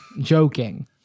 Joking